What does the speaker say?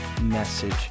message